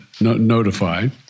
notified